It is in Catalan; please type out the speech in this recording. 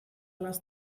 les